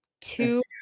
Two